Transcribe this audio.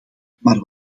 maar